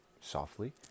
softly